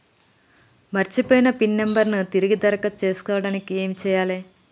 మర్చిపోయిన pin number ను తిరిగి దరఖాస్తు చేసుకోవడానికి ఏమి చేయాలే?